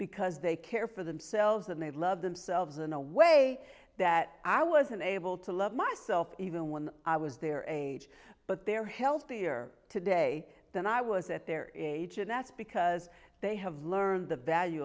because they care for themselves and they love themselves in a way that i was unable to love myself even when i was there an age but they're healthier today than i was at their age and that's because they have learned the value